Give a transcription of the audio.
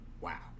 Wow